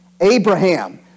Abraham